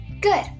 Good